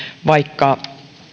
vaikka